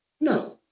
No